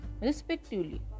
respectively